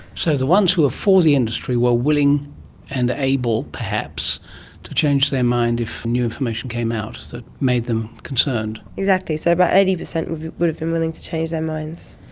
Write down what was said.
so the ones who were for the industry were willing and able perhaps to change their mind if new information came out that made them concerned. exactly, so about eighty percent would have been willing to change their minds.